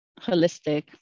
holistic